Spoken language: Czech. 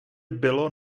bylo